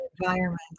environment